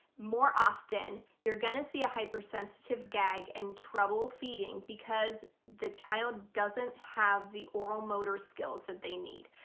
more often you're gonna see a hyper-sensitive gag and trouble feeding because the child doesn't have the oral motor skills that they need.